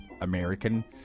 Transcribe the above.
American